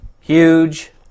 huge